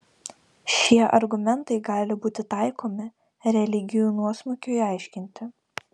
šie argumentai gali būti taikomi religijų nuosmukiui aiškinti